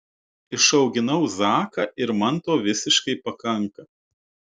išauginau zaką ir man to visiškai pakanka